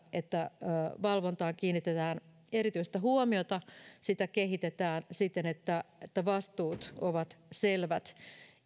että valvontaan kiinnitetään erityistä huomiota sitä kehitetään siten että että vastuut ovat selvät